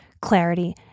clarity